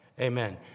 Amen